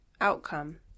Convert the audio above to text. outcome